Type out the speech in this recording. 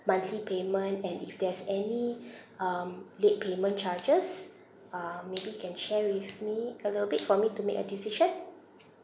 monthly payment and if there's any um late payment charges um maybe you can share with me a little bit for me to make a decision